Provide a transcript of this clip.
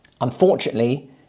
Unfortunately